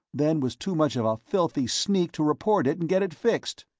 then was too much of a filthy sneak to report it and get it fixed!